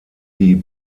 die